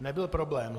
Nebyl problém.